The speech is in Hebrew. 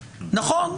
נכון,